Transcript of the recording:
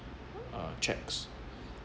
uh checks